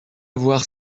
avoir